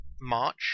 March